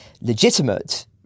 legitimate